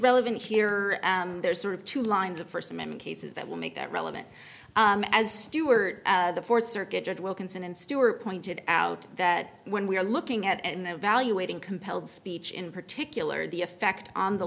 relevant here there's sort of two lines of first amendment cases that will make it relevant as stewart the fourth circuit judge wilkinson and stewart pointed out that when we are looking at and evaluating compelled speech in particular the effect on the